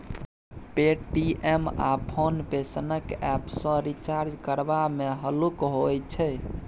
Paytm आ PhonePe सनक app सँ रिचार्ज करबा मे हल्लुक होइ छै